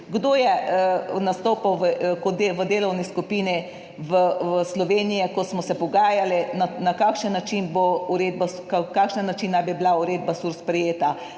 Kdo je nastopal v delovni skupini Sloveniji, ko smo se pogajali na kakšen način naj bi bila uredba SURS sprejeta?